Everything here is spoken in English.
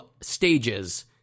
stages